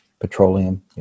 petroleum